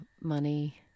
money